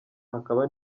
hakaba